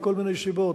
מכל מיני סיבות,